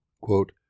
quote